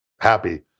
happy